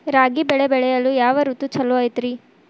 ರಾಗಿ ಬೆಳೆ ಬೆಳೆಯಲು ಯಾವ ಋತು ಛಲೋ ಐತ್ರಿ?